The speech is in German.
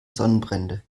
sonnenbrände